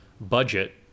budget